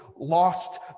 lost